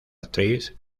actriz